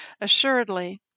Assuredly